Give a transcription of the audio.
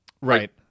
Right